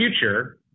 future